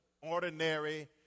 ordinary